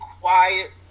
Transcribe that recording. quiet